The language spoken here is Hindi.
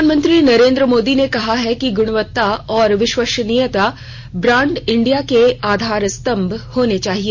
प्रधानमंत्री नरेंद्र मोदी ने कहा है कि गुणवत्ता और विश्वसनीयता ब्रांड इंडिया के आधार स्तंभ होने चाहिए